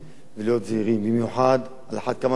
ולהיות זהירים במיוחד, ועל אחת כמה וכמה